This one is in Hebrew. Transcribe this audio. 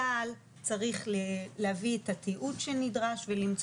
צה"ל צריך להביא את התיעוד שנדרש ולמצוא